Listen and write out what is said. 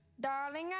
Darling